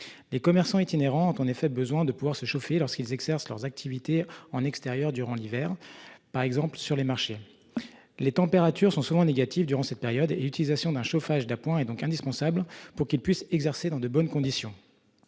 des commerçants itinérants ont en effet besoin de pouvoir se chauffer lorsqu'ils exercent leurs activités en extérieur durant l'hiver par exemple sur les marchés. Les températures sont souvent négatives durant cette période, l'utilisation d'un chauffage d'appoint est donc indispensable pour qu'ils puissent exercer dans de bonnes conditions.